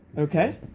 okay.